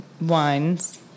wines